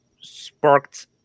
sparked